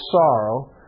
sorrow